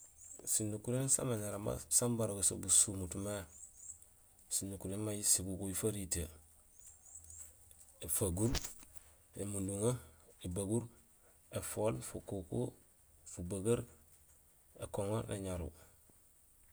Sinukuréén saamé néramba san barogé so busumut mé, sinukuréén may siguguy faritee: éfaguur, émunduŋo, ébaguur, éfool, fukuku, fubageer, ékoŋo néñaru.